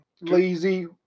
lazy